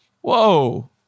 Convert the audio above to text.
whoa